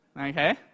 okay